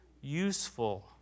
useful